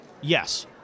Yes